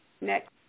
next